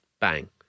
Bang